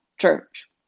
church